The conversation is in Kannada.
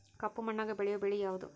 ಕಪ್ಪು ಮಣ್ಣಾಗ ಬೆಳೆಯೋ ಬೆಳಿ ಯಾವುದು?